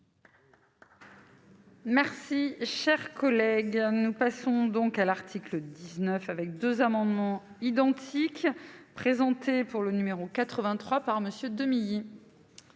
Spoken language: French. Merci, cher collègue, nous passons donc à l'article 19 avec 2 amendements identiques présentés pour le numéro 83 par monsieur Demilly.